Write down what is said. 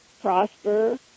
prosper